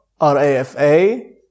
R-A-F-A